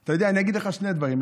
אתה יודע, אני אגיד לך שני דברים.